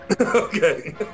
Okay